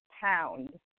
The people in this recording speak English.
pound